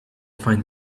find